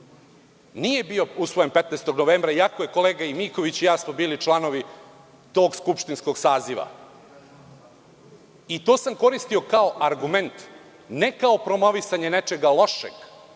Nije bio usvojen 15. novembra iako smo kolega Miković i ja bili članovi tog skupštinskog saziva. To sam koristio kao argument, ne kao promovisanje nečega lošeg